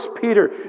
Peter